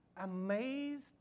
amazed